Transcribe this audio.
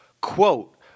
Quote